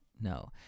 no